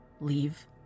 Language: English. Leave